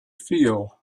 feel